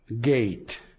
gate